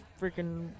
freaking